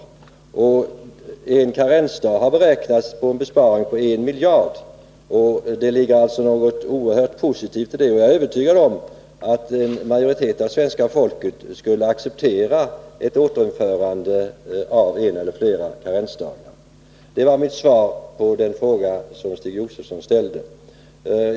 Införandet av en karensdag har beräknats medföra en besparing på 1 miljard, så det ligger alltså oerhört mycket positivt i det. Jag är övertygad om att en majoritet av svenska folket skulle acceptera ett återinförande av en eller flera karensdagar. Det var mitt svar på den fråga som Stig Josefson ställde.